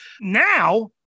now